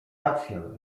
rację